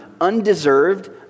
undeserved